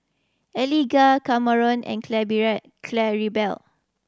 Eliga Kameron and Claribel